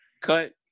cut